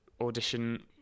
audition